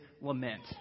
lament